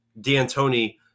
D'Antoni